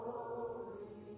Holy